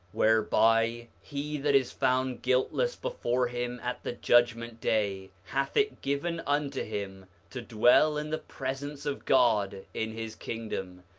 whereby he that is found guiltless before him at the judgment day hath it given unto him to dwell in the presence of god in his kingdom,